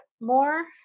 more